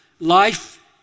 life